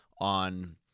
on